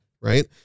right